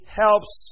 helps